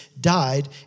died